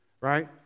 right